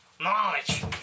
Knowledge